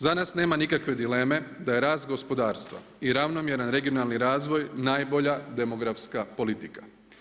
Za nas nema nikakve dileme da je rast gospodarstva i ravnomjeran regionalni razvoj najbolja demografska politika.